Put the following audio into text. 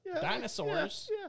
dinosaurs